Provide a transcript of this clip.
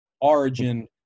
origin